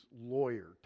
lawyer